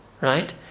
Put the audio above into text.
right